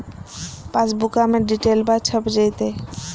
पासबुका में डिटेल्बा छप जयते?